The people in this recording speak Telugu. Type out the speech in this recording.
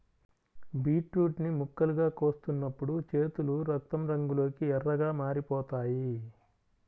బీట్రూట్ ని ముక్కలుగా కోస్తున్నప్పుడు చేతులు రక్తం రంగులోకి ఎర్రగా మారిపోతాయి